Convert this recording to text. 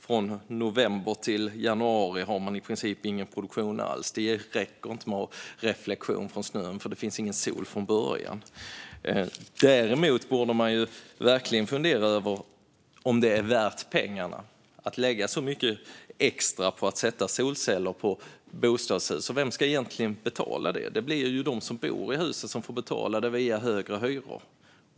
Från november till januari har man dessutom i princip ingen produktion alls - det räcker inte med reflektion från snön, för det finns ingen sol från början. Däremot borde man verkligen fundera över om det är värt pengarna att lägga så mycket extra på att sätta solceller på bostadshus. Vem ska egentligen betala det? Det blir ju de som bor i husen som får betala via högre hyror.